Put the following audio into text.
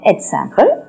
Example